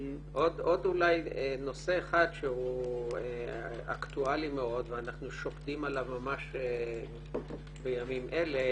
אולי עוד נושא אחד שהוא אקטואלי מאוד ואנחנו שוקדים עליו ממש בימים אלה